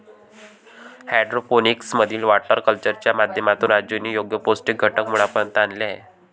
hydroponics मधील water कल्चरच्या माध्यमातून राजूने योग्य पौष्टिक घटक मुळापर्यंत आणले आहेत